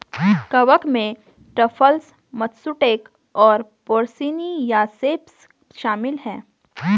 कवक में truffles, matsutake और पोर्सिनी या सेप्स शामिल हैं